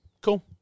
cool